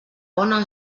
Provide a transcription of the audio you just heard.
bona